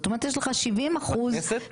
בכנסת?